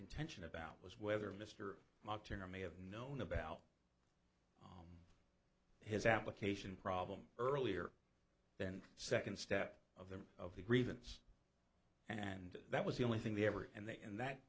intention about was whether mr mike turner may have known about his application problem earlier than second step of the of the grievance and that was the only thing they ever and they and that